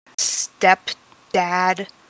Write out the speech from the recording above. stepdad